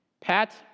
Pat